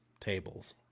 tables